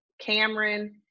Cameron